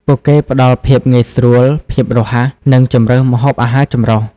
ពួកគេផ្តល់ភាពងាយស្រួល ភាពរហ័ស និងជម្រើសម្ហូបអាហារចម្រុះ។